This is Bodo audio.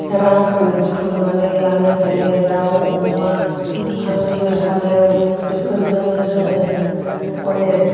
रांखौ बुथुमनानै लानो हायो दाउ अमा हांसो फारौ बेफोरजोंनो जोङो अनेक